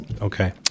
Okay